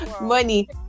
Money